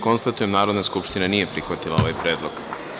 Konstatujem da Narodna skupština nije prihvatila ovaj predlog.